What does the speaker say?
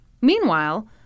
Meanwhile